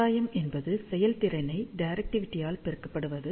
ஆதாயம் என்பது செயல்திறனை டிரெக்டிவிடியால் பெருக்கப்படுவது